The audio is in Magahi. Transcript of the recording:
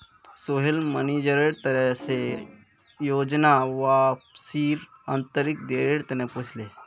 सोहेल मनिजर से ई योजनात वापसीर आंतरिक दरेर बारे पुछले